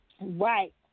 Right